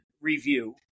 review